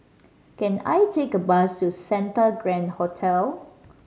can I take a bus to Santa Grand Hotel